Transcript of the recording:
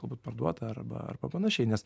galbūt parduota arba arba panašiai nes